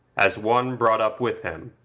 as one brought up with him.